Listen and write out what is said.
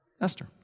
Esther